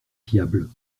fiable